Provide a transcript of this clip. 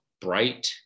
bright